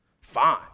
Fine